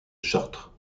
chartres